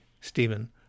Stephen